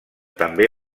també